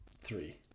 Three